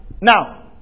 now